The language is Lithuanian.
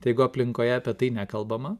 jeigu aplinkoje apie tai nekalbama